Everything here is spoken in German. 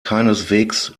keineswegs